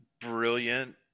brilliant